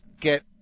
get